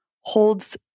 holds